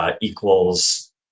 Equals